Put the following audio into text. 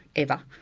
ever,